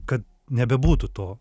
kad nebebūtų to